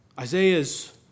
Isaiah's